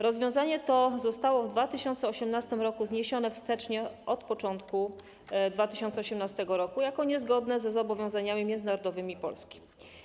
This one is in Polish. Rozwiązanie to zostało w 2018 r. zniesione wstecznie - od początku 2018 r. - jako niezgodne ze zobowiązaniami międzynarodowymi Polski.